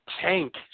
tank